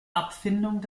abfindung